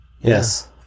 yes